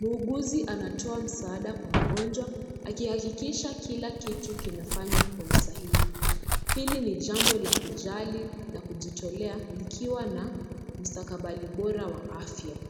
mhukusi anatoa mzahada kwa mgonjwa akihakikisha Kila kitu kimefanywa kwa usahihi hili ni chambo la kujitolea kukuwa na mstakabadi bora wa afya.